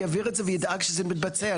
ויעביר את זה וידאג שזה מתבצע?